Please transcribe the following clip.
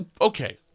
Okay